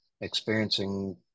experiencing